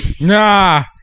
Nah